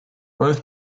both